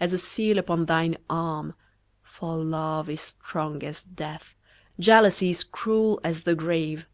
as a seal upon thine arm for love is strong as death jealousy is cruel as the grave